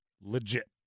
Legit